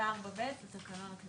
84 ב' לתקנון הכנסת.